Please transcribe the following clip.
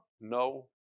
No